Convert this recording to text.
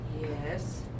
yes